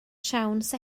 siawns